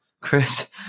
Chris